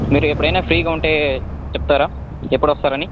మీరు ఎప్పుడైనా ఫ్రీగా ఉంటే చెప్తారా ఎప్పుడొస్తారని